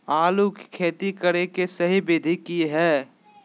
आलू के खेती करें के सही विधि की हय?